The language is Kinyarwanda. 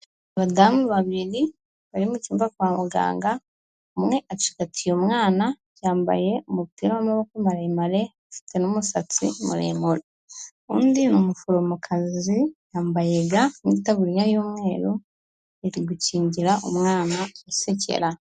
Abadamu babiri bari mucyumba kwa muganga, umwe acigatiye umwana, yambaye umupira w'amaboko maremare, afite n'umusatsi muremure, undi ni umuforomokazi, yambaye ga n'itaburiya y'umweru, ari gukingira umwana wisekera.